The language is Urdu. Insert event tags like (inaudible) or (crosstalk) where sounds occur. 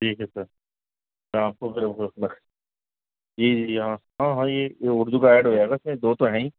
ٹھیک ہے سر میں آپ کو (unintelligible) جی جی جی ہاں ہاں ہاں یہ یہ اردو کا ایڈ ہو جائے گا اس میں دو تو ہیں ہی